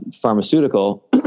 pharmaceutical